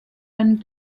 and